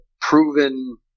proven